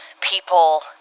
people